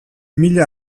mila